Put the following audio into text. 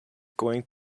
going